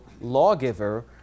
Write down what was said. lawgiver